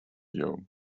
you